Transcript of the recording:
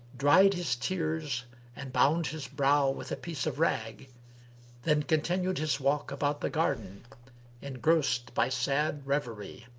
dried his tears and bound his brow with a piece of rag then continued his walk about the garden engrossed by sad reverie.